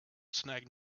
snagged